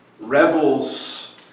rebels